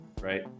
right